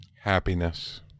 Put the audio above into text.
Happiness